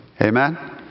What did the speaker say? Amen